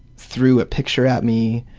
threw a picture at me,